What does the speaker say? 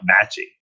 matching